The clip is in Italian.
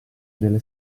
delle